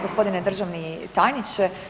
Gospodine državni tajniče.